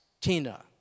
Tina